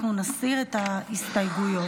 אנחנו נסיר את ההסתייגויות.